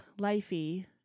lifey